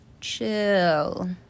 chill